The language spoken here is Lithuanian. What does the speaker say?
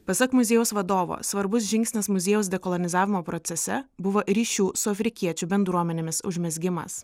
pasak muziejaus vadovo svarbus žingsnis muziejaus dekolonizavimo procese buvo ryšių su afrikiečių bendruomenėmis užmezgimas